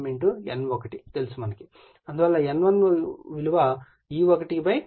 44 ∅m N1 తెలుసు అందువల్ల N1 విలువ E1 4